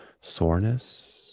soreness